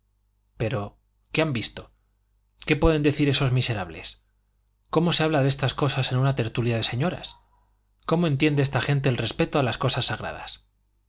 pero qué han visto qué pueden decir esos miserables cómo se habla de estas cosas en una tertulia de señoras cómo entiende esta gente el respeto a las cosas sagradas